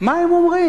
מה הם אומרים.